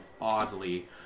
oddly